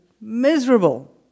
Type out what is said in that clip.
miserable